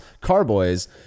carboys